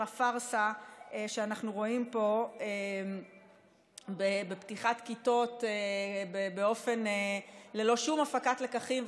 הפארסה שאנחנו רואים פה בפתיחת כיתות ללא שום הפקת לקחים,